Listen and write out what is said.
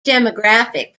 demographics